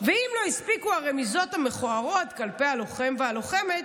ואם לא הספיקו הרמיזות המכוערות כלפי הלוחם והלוחמת,